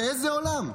באיזה עולם?